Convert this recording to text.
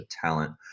talent